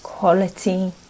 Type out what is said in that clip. quality